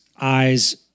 eyes